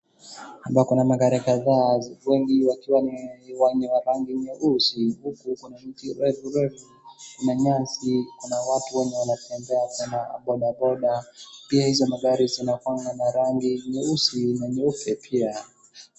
Hapa kuna magari kadhaa wengi wakiwa yamepakwa rangi nyeusi huku kuna mti refu refu kuna nyasi kuna watu wenye wanatembea kama bodaboda pia hizo magari zinakuwanga na rangi nyeusi na nyeupe pia.